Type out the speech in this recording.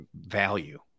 value